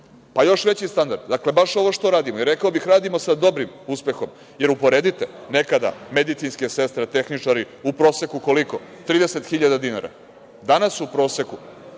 Pa, još veći standard. Dakle, baš ovo što radimo i rekao bih da radimo sa dobrim uspehom, jer uporedite nekada medicinske sestre, tehničari u proseku koliko, 30.000 dinara. Danas u proseku